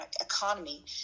economy